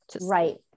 right